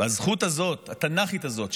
והזכות התנ"כית הזאת,